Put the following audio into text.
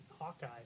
Hawkeye